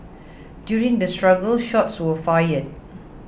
during the struggle shots were fired